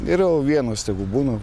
geriau vienas tegu būna